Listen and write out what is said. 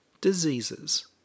diseases